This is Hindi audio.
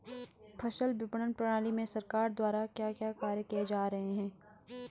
फसल विपणन प्रणाली में सरकार द्वारा क्या क्या कार्य किए जा रहे हैं?